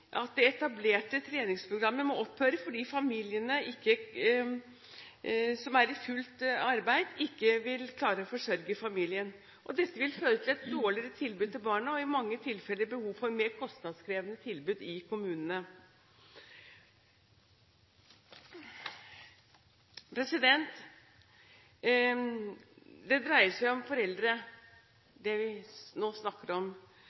at det etablerte treningsprogrammet må opphøre, fordi de familiene som er i fullt arbeid, ikke vil klare å forsørge familien. Dette vil føre til et dårligere tilbud til barna, og i mange tilfeller behov for mer kostnadskrevende tilbud i kommunene. Dette dreier seg om foreldre – det vi nå snakker om